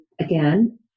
again